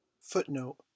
Footnote